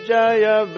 Jaya